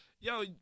yo